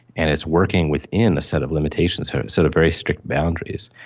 and it's working within a set of limitations, sort of very strict boundaries.